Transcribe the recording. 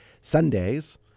Sundays